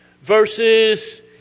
verses